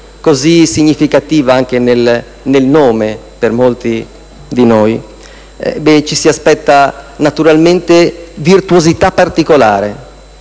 così significativa anche nel nome, per molti di noi, ci si aspetta una virtuosità particolare,